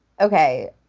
Okay